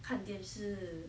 看电视